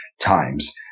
times